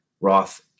Roth